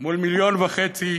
מול 1.5 מיליון אזרחים.